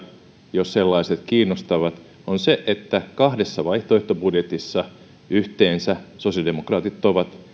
jos sellaiset kiinnostavat on se että kahdessa vaihtoehtobudjetissa sosiaalidemokraatit ovat